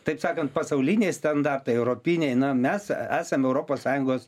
taip sakant pasauliniai standartai europiniai na mes esam europos sąjungos